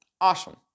Awesome